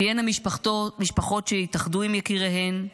תהיינה משפחות שיתאחדו עם יקיריהן,